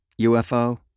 UFO